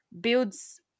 builds